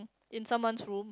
in someones room